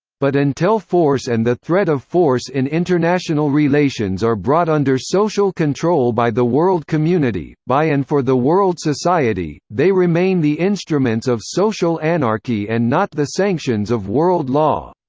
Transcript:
but until force and the threat of force in international relations are brought under social control by the world community, by and for the world society, they remain the instruments of social anarchy and not the sanctions of world law.